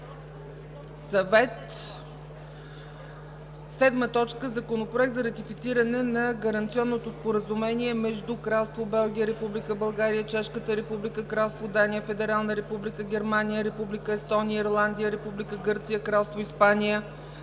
съвет. 7. Законопроект за ратифициране на Гаранционното споразумение между Кралство Белгия, Република България, Чешката република, Кралство Дания, Федерална република Германия, Република Естония, Ирландия, Република Гърция, Кралство Испания,